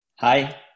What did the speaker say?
Hi